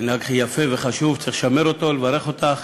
מנהג יפה וחשוב, וצריך לשמר אותו, לברך אותך